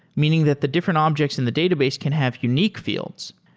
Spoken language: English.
meaning that the different objects in the database can have unique fields.